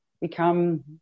become